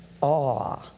awe